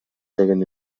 деген